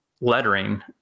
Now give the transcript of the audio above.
lettering